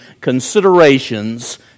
considerations